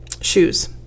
shoes